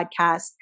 podcast